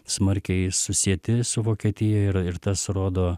smarkiai susieti su vokietija yra ir tas rodo